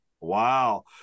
wow